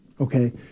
Okay